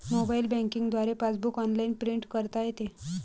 mobile banking द्वारे passbook online print करता येते